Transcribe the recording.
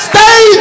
Stay